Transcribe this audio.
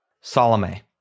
Salome